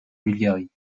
bulgarie